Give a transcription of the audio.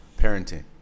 parenting